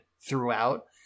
throughout